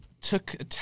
took